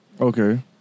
Okay